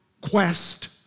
quest